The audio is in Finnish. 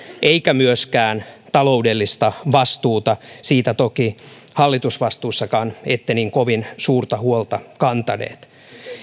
eikä myöskään taloudellista vastuuta siitä toki hallitusvastuussakaan ette niin kovin suurta huolta kantaneet